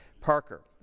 Parker